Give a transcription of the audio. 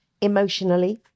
emotionally